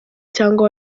cyangwa